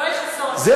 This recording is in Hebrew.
יואל חסון,